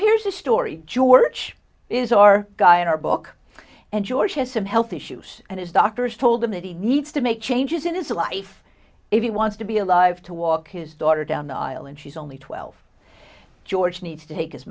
here's a story george is our guy in our book and george has some health issues and his doctors told him that he needs to make changes in his life if he wants to be alive to walk his daughter down the aisle and she's only twelve george needs to take his